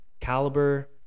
caliber